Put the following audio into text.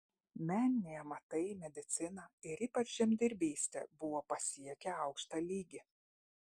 meniniai amatai medicina ir ypač žemdirbystė buvo pasiekę aukštą lygį